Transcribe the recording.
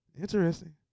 Interesting